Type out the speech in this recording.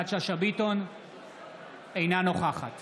אינה נוכחת